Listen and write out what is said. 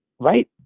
right